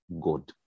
God